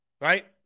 right